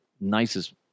nicest